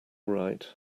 right